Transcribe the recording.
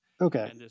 Okay